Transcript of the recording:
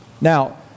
Now